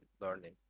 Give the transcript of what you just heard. learning